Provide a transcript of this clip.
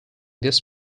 this